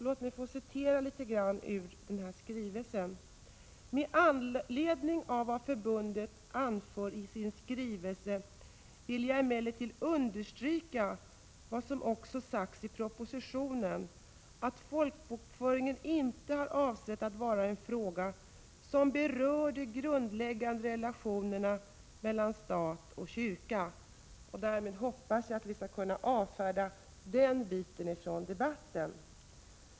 Låt mig citera litet ur detta: ”Med anledning av vad förbundet anför i sin skrivelse vill jag emellertid understryka vad som också sagts i propositionen, att folkbokföringen inte har ansetts vara en fråga som berör de grundläggande relationerna mellan stat och kyrka ——-—-.” Därmed hoppas jag vi skall kunna avföra den biten från debatten.